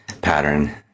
pattern